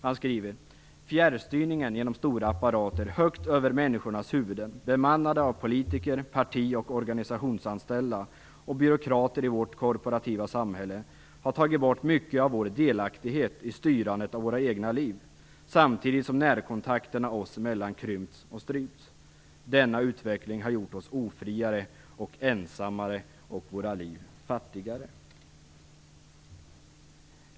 Han skriver att fjärrstyrningen genom stora apparater högt över människornas huvuden, bemannade av politiker, parti och organisationsanställda och byråkrater i vårt korporativa samhälle har tagit bort mycket av vår delaktighet i styrandet av våra egna liv, samtidigt som närkontakterna oss emellan krympts och strypts. Denna utveckling har gjort oss ofriare och ensammare, och våra liv fattigare.